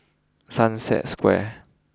Sunset Square